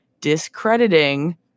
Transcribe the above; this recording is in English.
discrediting